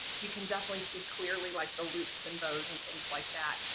you can definitely see clearly, like, the loops and bows and things like that.